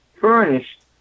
furnished